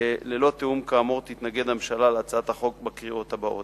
ללא תיאום כאמור תתנגד הממשלה להצעת החוק בקריאות הבאות.